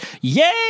Yay